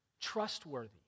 trustworthy